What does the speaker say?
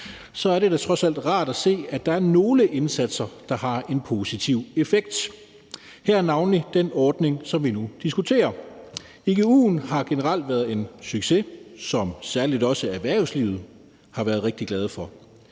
så er det da trods alt rart at se, at der er nogle indsatser, der har en positiv effekt, navnlig den ordning, som vi nu diskuterer her. Igu'en har generelt været en succes, som særlig også erhvervslivet har været rigtig glade for.